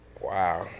Wow